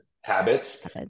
habits